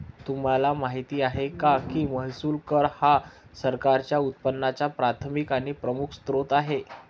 तुम्हाला माहिती आहे का की महसूल कर हा सरकारच्या उत्पन्नाचा प्राथमिक आणि प्रमुख स्त्रोत आहे